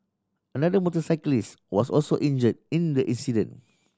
another motorcyclist was also injure in the incident